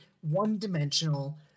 one-dimensional